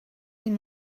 این